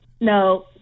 no